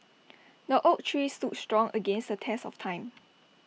the oak tree stood strong against the test of time